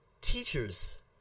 teachers